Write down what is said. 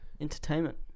entertainment